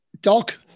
doc